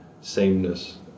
sameness